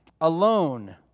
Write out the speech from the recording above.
alone